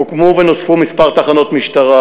הוקמו ונוספו כמה תחנות משטרה: